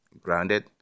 grounded